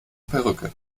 perücke